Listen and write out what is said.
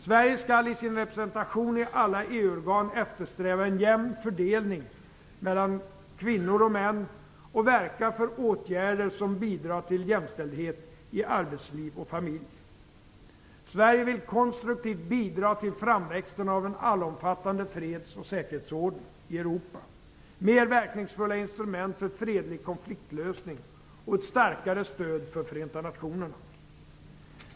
Sverige skall i sin representation i alla EU-organ eftersträva en jämn fördelning mellan kvinnor och män och verka för åtgärder som bidrar till jämställdhet i arbetsliv och familj. Sverige vill konstruktivt bidra till framväxten av en allomfattande freds och säkerhetsordning i Europa, mer verkningsfulla instrument för fredlig konfliktlösning och ett starkare stöd för Förenta nationerna.